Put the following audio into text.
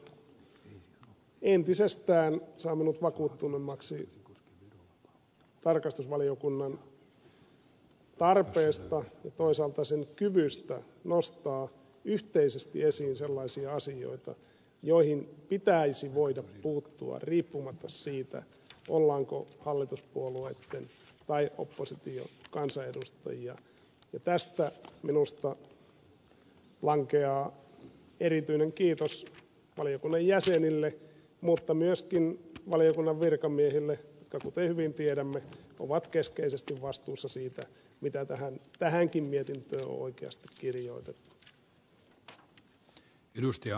minusta tämä mietintö entisestään saa minut vakuuttuneemmaksi tarkastusvaliokunnan tarpeesta ja toisaalta sen kyvystä nostaa yhteisesti esiin sellaisia asioita joihin pitäisi voida puuttua riippumatta siitä ollaanko hallituspuolueitten vai opposition kansanedustajia ja tästä minusta lankeaa erityinen kiitos valiokunnan jäsenille mutta myöskin valiokunnan virkamiehille jotka kuten hyvin tiedämme ovat keskeisesti vastuussa siitä mitä tähänkin mietintöön on oikeasti kirjoitettu